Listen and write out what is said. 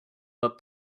but